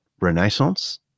renaissance